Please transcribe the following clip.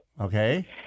Okay